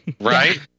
right